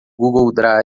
google